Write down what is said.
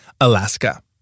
Alaska